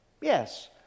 yes